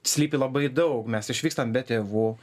slypi labai daug mes išvykstam be tėvų